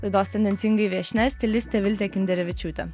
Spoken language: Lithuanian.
laidos tendencingai viešnia stilistė viltė kinderevičiūtė